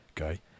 okay